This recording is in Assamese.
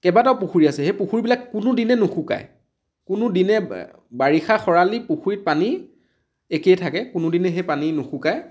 কেবাটাও পুখুৰী আছে সেই পুখুৰীবিলাক কোনোদিনে নুশুকাই কোনোদিনে বাৰিষা খৰালি পুখুৰীত পানী একেই থাকে কোনোদিনে সেই পানী নুশুকাই